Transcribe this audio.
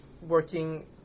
working